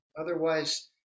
Otherwise